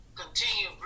continue